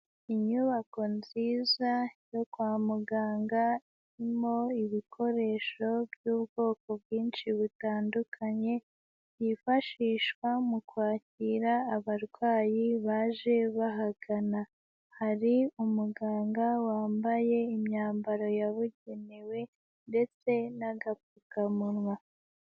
Inyubako nziza yo kwa muganga irimo ibikoresho by'ubwoko bwinshi butandukanye, byifashishwa mu kwakira abarwayi baje bahagana, hari umuganga wambaye imyambaro yabugenewe ndetse n'agapfukamunwa.